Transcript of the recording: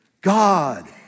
God